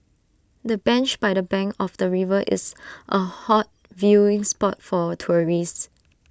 the bench by the bank of the river is A hot viewing spot for tourists